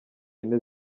yine